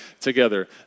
together